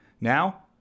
Now